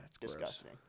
disgusting